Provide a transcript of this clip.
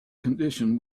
condition